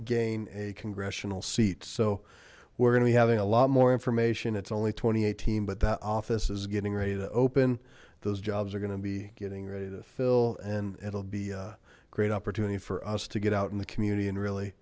gain a congressional seat so we're going to be having a lot more information it's only two eighteen but that office is getting ready to open those jobs are gonna be getting ready to fill and it'll be a great opportunity for us to get out in the community and really